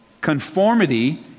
Conformity